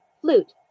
flute